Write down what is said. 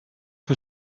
que